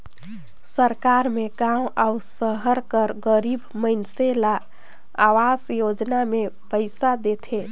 सरकार में गाँव अउ सहर कर गरीब मइनसे ल अवास योजना में पइसा देथे